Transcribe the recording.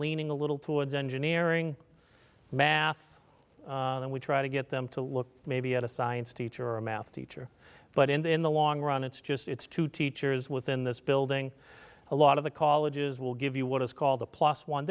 leaning a little towards engineering math then we try to get them to look maybe at a science teacher or a math teacher but in the long run it's just it's to teachers within this building a lot of the colleges will give you what is called the plus one